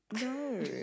no